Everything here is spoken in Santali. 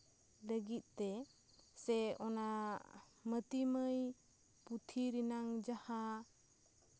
ᱞᱟᱹᱜᱤᱫ ᱛᱮ ᱥᱮ ᱚᱱᱟ ᱢᱟᱹᱛᱤ ᱢᱟᱹᱭ ᱯᱩᱛᱷᱤ ᱨᱮᱱᱟᱝ ᱡᱟᱦᱟᱸ